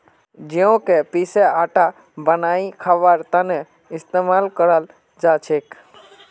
जौ क पीसे आटा बनई खबार त न इस्तमाल कराल जा छेक